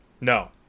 No